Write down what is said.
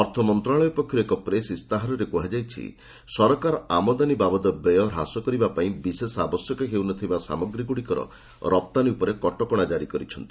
ଅର୍ଥମନ୍ତ୍ରଣାଳୟ ପକ୍ଷର୍ ଏକ ପ୍ରେସ୍ ଇସ୍ତାହାରରେ କୃହାଯାଇଛି ସରକାର ଆମଦାନି ବାବଦ ବ୍ୟୟ ହ୍ରାସ କରିବା ପାଇଁ ବିଶେଷ ଆବଶ୍ୟକ ହେଉନଥିବା ସାମଗ୍ରୀଗୁଡ଼ିକର ରପ୍ତାନୀ ଉପରେ କଟକଣା କାରି କରିଛନ୍ତି